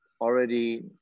already